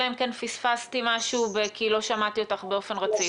אלא אם כן פספסתי משהו כי לא שמעתי אותך באופן רציף.